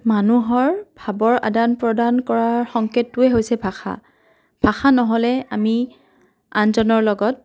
মানুহৰ ভাবৰ আদান প্ৰদান কৰাৰ সংকেতটোৱে হৈছে ভাষা ভাষা নহ'লে আমি আনজনৰ লগত